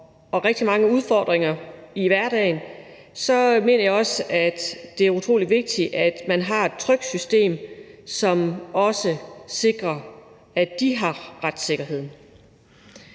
og rigtig mange udfordringer i hverdagen, er det utrolig vigtigt, at man har et trygt system, som også sikrer, at de har retssikkerhed.